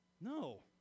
No